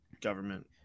government